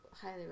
highly